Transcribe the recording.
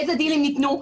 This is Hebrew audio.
איזה דילים ניתנו.